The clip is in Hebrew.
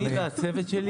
אני והצוות שלי.